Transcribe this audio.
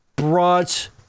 brought